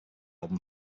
album